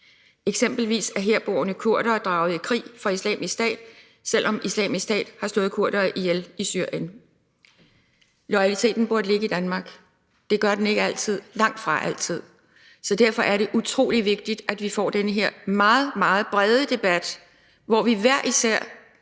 Eksempelvis er herboende kurdere draget i krig for Islamisk Stat, selv om Islamisk Stat har slået kurdere ihjel i Syrien. Loyaliteten burde ligge i Danmark. Det gør den ikke altid, langtfra altid. Så derfor er det utrolig vigtigt, at vi får den her meget, meget brede debat, hvor vi hver især